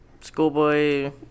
schoolboy